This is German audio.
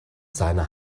seiner